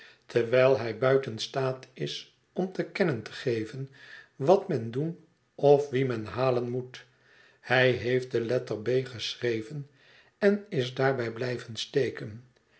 terwijl hij buiten staat is om te kennen te geven wat men doen of wien men halen moet hij heeft de letter b geschreven en is daarbij blijven steken